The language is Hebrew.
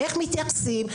איך מתייחסים,